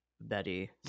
Betty